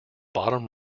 bottom